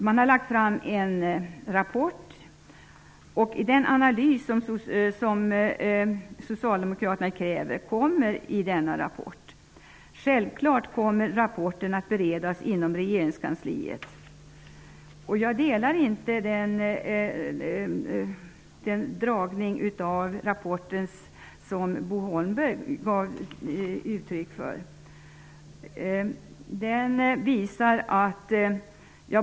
Man har lagt fram en rapport, och den analys som Socialdemokraterna kräver kommer i denna rapport. Självfallet kommer rapporten att beredas inom regeringskansliet. Jag delar inte den uppfattning om rapporten som Bo Holmberg gav uttryck för.